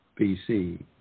BC